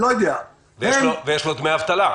אני לא יודע --- ויש לו דמי אבטלה.